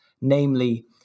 namely